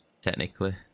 Technically